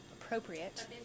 appropriate